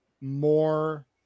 more